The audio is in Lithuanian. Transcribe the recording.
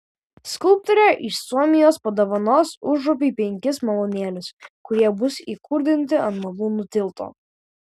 skulptorė iš suomijos padovanos užupiui penkis malūnėlius kurie bus įkurdinti ant malūnų tilto